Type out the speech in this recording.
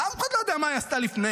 אף אחד לא יודע מה היא עשתה לפני.